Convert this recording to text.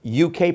UK